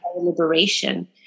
liberation